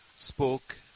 spoke